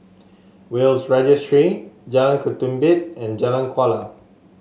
Will's Registry Jalan Ketumbit and Jalan Kuala